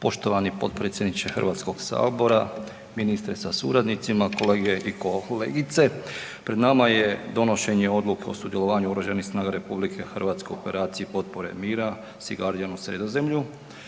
Poštovani potpredsjedniče Hrvatskog sabora. Ministre sa suradnicima, kolegice i kolege. Pred nama je donošenje odluke o sudjelovanju Oružanih snaga RH u operaciji potpore miru „Sea Guardian“ u Sredozemlju.